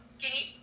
Skinny